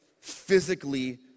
physically